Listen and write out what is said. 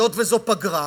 היות שזו פגרה,